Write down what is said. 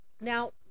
Now